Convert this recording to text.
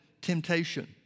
temptation